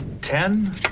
Ten